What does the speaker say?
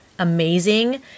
amazing